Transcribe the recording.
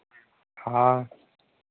हाँ